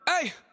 Hey